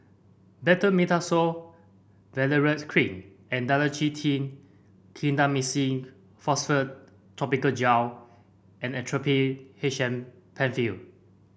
Betamethasone Valerate Cream and Dalacin T Clindamycin Phosphate Topical Gel and Actrapid H M Penfill